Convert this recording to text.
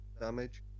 damage